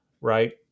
right